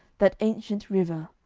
that ancient river,